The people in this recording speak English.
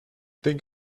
think